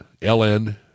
LN